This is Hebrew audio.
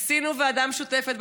עשינו ועדה משותפת,